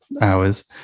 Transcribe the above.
hours